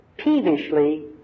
Peevishly